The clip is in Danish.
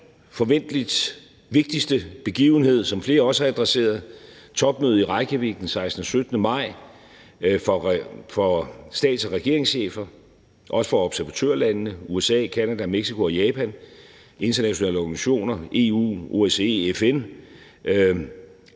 forventeligt vigtigste begivenhed, som flere også har adresseret, nemlig topmødet i Reykjavik den 16.-17. maj for stats- og regeringscheferne og også for observatørlandene USA, Canada, Mexico og Japan, og internationale organisationer som EU, OSCE og FN.